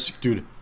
Dude